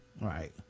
Right